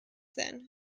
then